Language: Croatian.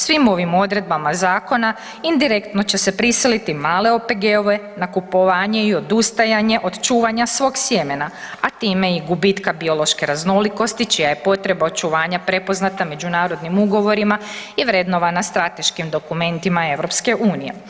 Svim ovim odredbama zakona indirektno će se prisiliti male OPG-ove na kupovanje i odustajanje od čuvanja svog sjemena, a time i gubitka biološke raznolikosti čija je potreba očuvanja prepoznata međunarodnim ugovorima i vrednovana strateškim dokumentima EU.